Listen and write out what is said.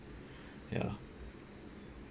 yeah